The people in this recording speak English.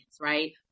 right